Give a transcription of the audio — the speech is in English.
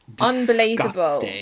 Unbelievable